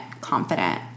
confident